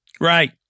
Right